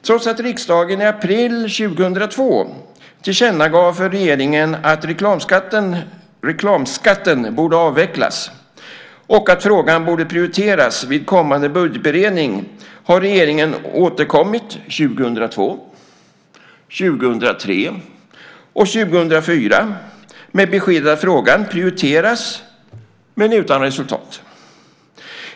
Trots att riksdagen i april 2002 tillkännagav för regeringen att reklamskatten borde avvecklas och att frågan borde prioriteras vid kommande budgetberedning har regeringen återkommit år 2002, 2003 och 2004 med beskedet att frågan prioriteras men utan resultat.